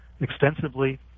Extensively